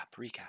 recap